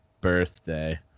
birthday